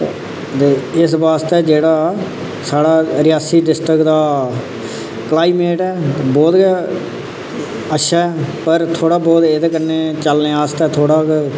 ते इस आस्तै जेह्ड़ा साढ़ा रियासी डिस्ट्रक्ट दा क्लाईमेट ऐ बहुत गै अच्छा ऐ पर थोह्ड़़ा बहुत एहदे कन्नै चलने आस्तै थोह्ड़ा